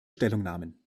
stellungnahmen